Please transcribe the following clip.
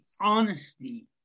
honesty